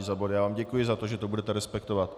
Já vám děkuji za to, že to budete respektovat.